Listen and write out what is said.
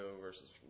versus